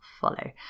follow